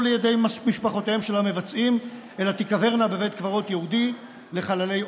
לידי משפחותיהם של המבצעים אלא ייקברו בבית קברות ייעודי לחללי אויב.